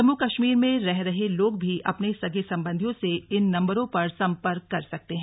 जम्मू कश्मीर में रह रहे लोग भी अपने सगे संबंधियों से इन नम्बरों पर सम्पर्क कर सकते हैं